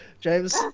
James